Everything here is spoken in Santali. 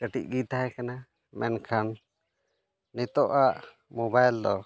ᱠᱟᱹᱴᱤᱡ ᱜᱮ ᱛᱟᱦᱮᱸᱠᱟᱱᱟ ᱢᱮᱱᱠᱷᱟᱱ ᱱᱤᱛᱚᱜᱼᱟᱜ ᱢᱳᱵᱟᱭᱤᱞ ᱫᱚ